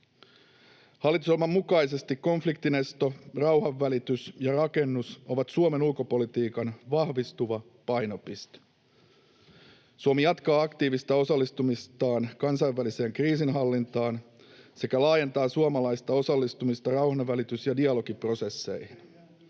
Hallitusohjelman mukaisesti konfliktinesto, rauhanvälitys ja -rakennus ovat Suomen ulkopolitiikan vahvistuva painopiste. Suomi jatkaa aktiivista osallistumistaan kansainväliseen kriisinhallintaan sekä laajentaa suomalaista osallistumista rauhanvälitys- ja dialogiprosesseihin.